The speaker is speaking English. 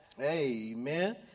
Amen